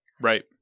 Right